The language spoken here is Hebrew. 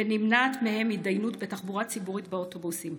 ונמנעת מהם התניידות בתחבורה ציבורית באוטובוסים.